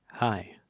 Hi